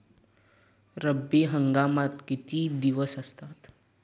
रब्बी हंगामात किती दिवस असतात?